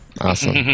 Awesome